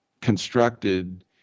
constructed